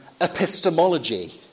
epistemology